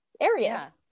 area